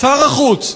שר החוץ,